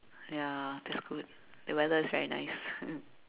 ya that's good the weather is very nice